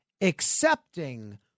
accepting